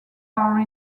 are